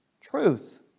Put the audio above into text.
Truth